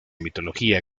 mitología